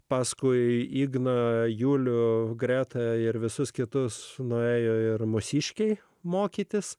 paskui igną julių greta ir visus kitus nuėjo ir mūsiškiai mokytis